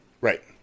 Right